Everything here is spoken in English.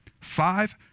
Five